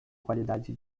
qualidade